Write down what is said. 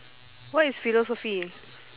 what is philosophy